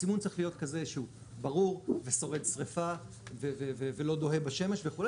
הסימון צריך להיות כזה שהוא ברור ושורד שריפה ולא דוהה בשמש וכו',